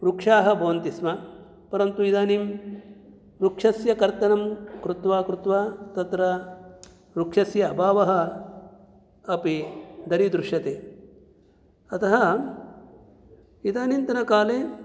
वृक्षाः भवन्ति स्म परन्तु इदानीं वृक्षस्य कर्तनं कृत्वा कृत्वा तत्र वृक्षस्य अभावः अपि दरीदृश्यते अतः इदानीन्तनकाले